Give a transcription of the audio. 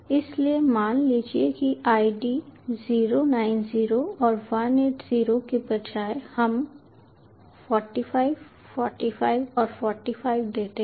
इसलिए मान लीजिए कि ID 090 और 180 के बजाय हम 45 45 और 45 देते हैं